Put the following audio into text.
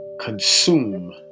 consume